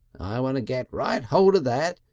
i want to get right hold of that,